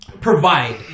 provide